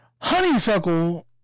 Honeysuckle